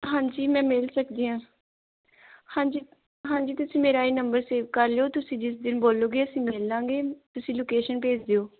ਹਾਂਜੀ ਮੈਂ ਮਿਲ ਸਕਦੀ ਹਾਂ ਹਾਂਜੀ ਹਾਂਜੀ ਤੁਸੀਂ ਮੇਰਾ ਇਹ ਨੰਬਰ ਸੇਵ ਕਰ ਲਿਓ ਤੁਸੀਂ ਜਿਸ ਦਿਨ ਬੋਲੋਗੇ ਅਸੀਂ ਮਿਲ ਲਾਂਗੇ ਤੁਸੀਂ ਲੋਕੇਸ਼ਨ ਭੇਜ ਦਿਓ